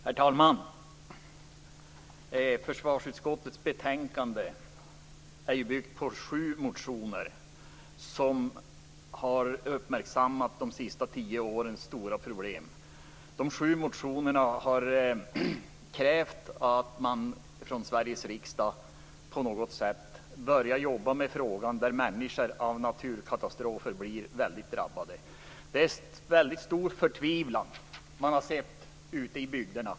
Herr talman! Försvarsutskottets betänkande är ju byggt på sju motioner som har uppmärksammat de senaste tio årens stora problem. I motionerna har det krävts att Sveriges riksdag på något sätt skulle börja arbeta med situationen där människor har blivit väldigt drabbade av naturkatastrofer. Det har varit en stor förtvivlan ute i bygderna.